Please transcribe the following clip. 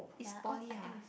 ya oh I think is